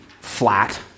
flat